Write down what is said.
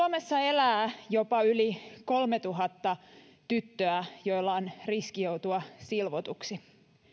suomessa elää jopa yli kolmetuhatta tyttöä joilla on riski joutua silvotuksi